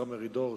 מרידור,